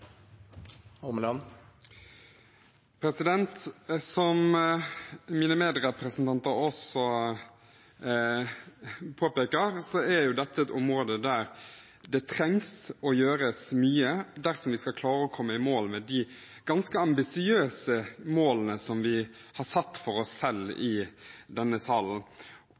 dette et område der det trengs å gjøres mye dersom vi skal klare å komme i mål med de ganske ambisiøse målene vi har satt for oss selv i denne salen.